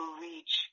reach